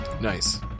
Nice